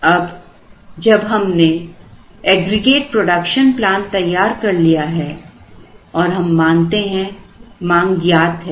अब जब हमने एग्रीगेट प्रोडक्शन प्लान तैयार कर लिया है और हम मानते हैं मांग ज्ञात है